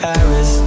Paris